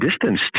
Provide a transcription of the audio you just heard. distance